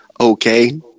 okay